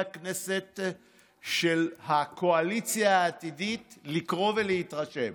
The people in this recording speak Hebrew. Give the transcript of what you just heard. הכנסת של הקואליציה העתידית לקרוא ולהתרשם